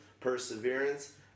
Perseverance